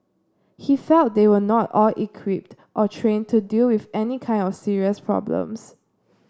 he felt they were not all equipped or trained to deal with any kind of serious problems